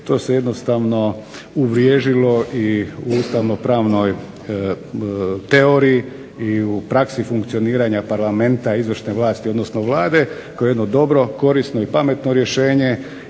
to se jednostavno uvriježilo i u ustavnopravnoj teoriji i u praksi funkcioniranja Parlamenta, izvršne vlasti odnosno Vlade koja je jedno dobro, korisno i pametno rješenje